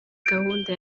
gahunda